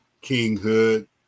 kinghood